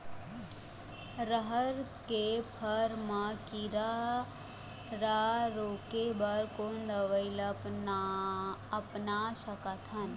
रहर के फर मा किरा रा रोके बर कोन दवई ला अपना सकथन?